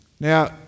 Now